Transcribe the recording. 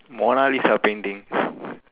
Mona Lisa painting